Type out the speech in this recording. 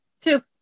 Two